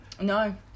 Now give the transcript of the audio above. no